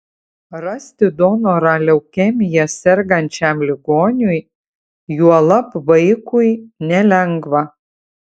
rasti donorą leukemija sergančiam ligoniui juolab vaikui nelengva